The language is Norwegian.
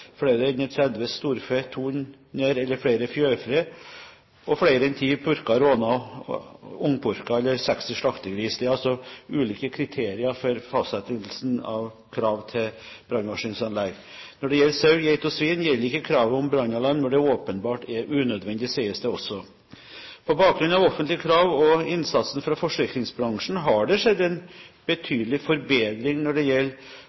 30 storfe, 200 eller flere fjørfe, flere enn 10 purker, råner og/eller ungpurker eller 60 slaktegris. Det er altså ulike kriterier for fastsettelse av krav til brannvarslingsanlegg. Når det gjelder sau, geit og svin, gjelder ikke kravet om brannalarm når det åpenbart er unødvendig, sies det også. På bakgrunn av offentlige krav og innsatsen fra forsikringsbransjen har det skjedd en betydelig forbedring når det